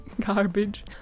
garbage